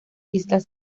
islas